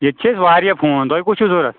ییٚتہِ چھِ اَسہِ واریاہ فون تۄہہِ کُس چھُ ضوٚرَتھ